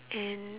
and